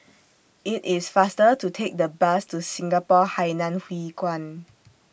IT IS faster to Take The Bus to Singapore Hainan Hwee Kuan